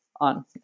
on